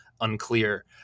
unclear